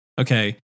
okay